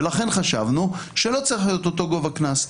ולכן חשבנו שלא צריך להיות אותו גובה קנס.